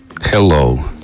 Hello